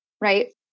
right